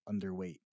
underweight